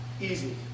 easy